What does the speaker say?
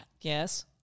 Yes